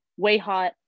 Wayhot